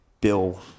bill